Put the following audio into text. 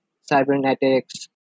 cybernetics